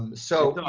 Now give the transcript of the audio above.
um so,